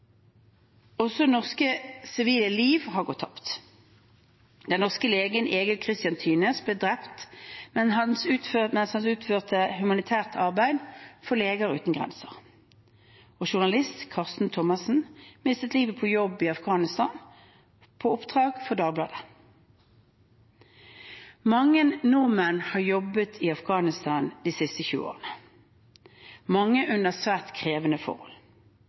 Også norske sivile liv har gått tapt. Den norske legen Egil Kristian Tynæs ble drept mens han utførte humanitært arbeid for Leger Uten Grenser. Journalist Carsten Thomassen mistet livet på jobb i Afghanistan på oppdrag for Dagbladet. Mange nordmenn har jobbet i Afghanistan de siste 20 årene – mange under svært krevende forhold.